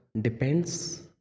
depends